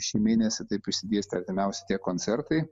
šį mėnesį taip išsidėstę artimiausi tie koncertai